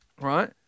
right